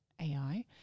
AI